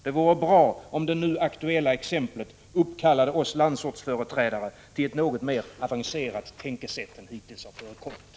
Det vore bra om det nu aktuella exemplet uppkallade oss landsortsföreträdare till ett något mer avancerat tänkesätt än som hittills har förekommit.